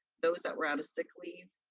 those that were out of sick leave.